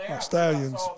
Stallions